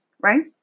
right